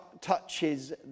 touches